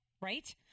Right